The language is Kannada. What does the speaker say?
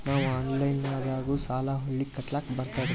ನಾವು ಆನಲೈನದಾಗು ಸಾಲ ಹೊಳ್ಳಿ ಕಟ್ಕೋಲಕ್ಕ ಬರ್ತದ್ರಿ?